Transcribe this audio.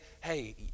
hey